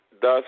thus